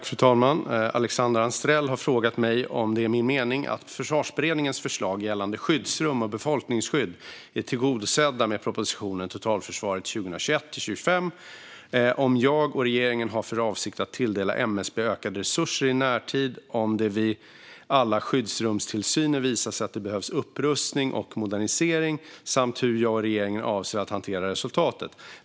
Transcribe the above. Fru talman! Alexandra Anstrell har frågat mig om det är min mening att Försvarsberedningens förslag gällande skyddsrum och befolkningsskydd är tillgodosedda med propositionen Totalförsvaret 2021 - 2025 . Hon har frågat om jag och regeringen har för avsikt att tilldela MSB ökade resurser i närtid om alla skyddsrumstillsyner visar att det behövs upprustning och modernisering. Hon har även frågat hur jag och regeringen avser att hantera resultatet.